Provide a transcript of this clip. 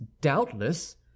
doubtless